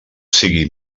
sigui